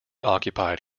occupied